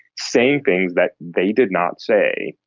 saying things that they did not say,